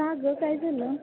का गं काय झालं